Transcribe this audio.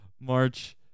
March